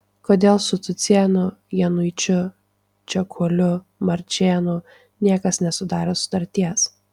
kodėl su cucėnu januičiu čekuoliu marčėnu niekas nesudarė sutarties